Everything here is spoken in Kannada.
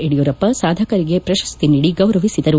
ಯಡಿಯೂರಪ್ಪ ಸಾಧಕರಿಗೆ ಪ್ರಶಸ್ತಿ ನೀಡಿ ಗೌರವಿಸಿದರು